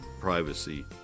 privacy